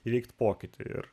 įvykti pokytį ir